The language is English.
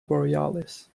borealis